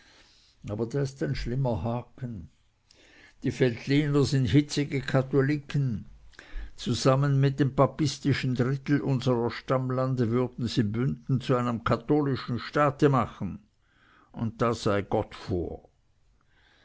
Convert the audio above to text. aber da ist ein schlimmer haken die veltliner sind hitzige katholiken zusammen mit dem papistischen drittel unserer stammlande würden sie bünden zu einem katholischen staate machen und da sei gott vor